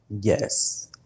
Yes